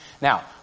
Now